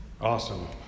Awesome